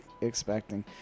expecting